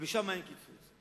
ושם אין קיצוץ.